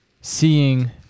seeing